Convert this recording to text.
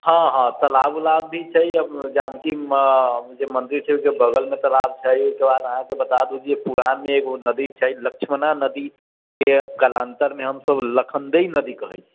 हँ हँ तलाब ऊलाब भी छै जानकी जे मन्दिर छै ओहिके बगल मे तलाब छै ओहिकेबाद अहाँके बता दू जे पुरान मे एगो नदी छै लक्षमणा नदी के कालान्तर मे हमसब लखनदइ नदी कहै छियै